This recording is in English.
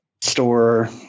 store